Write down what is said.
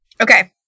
Okay